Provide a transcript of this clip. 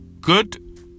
good